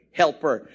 helper